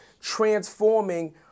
transforming